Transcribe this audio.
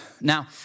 Now